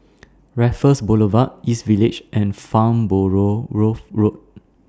Raffles Boulevard East Village and Farnborough Road